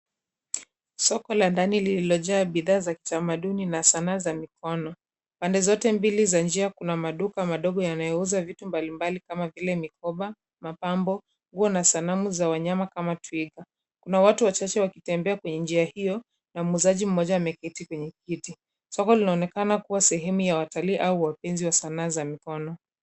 Soko la ndani lililojaa bidhaa za kitamanduni na Sanaa za mikono. Pande zote mbili za njia kuna maduka madogo yanayouza vitu mbalimbali kama vile mikoba, mapambo, nguo na sanamu za wanyama kama twiga. Kuna watu wachache wakitembea kwenye njia hiyo na muuzaji mmoja ameketi kwenye kiti. Soko linaonekana kuwa seheme ya watalii au wapenzi wa Sanaa za mikono.